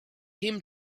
him